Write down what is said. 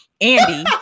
Andy